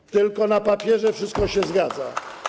I tylko na papierze wszystko się zgadza.